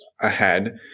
ahead